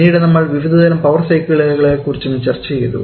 പിന്നീട് നമ്മൾ വിവിധതരം പവർ സൈക്കിളുകള കുറിച്ചും ചർച്ച ചെയ്തു